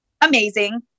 Amazing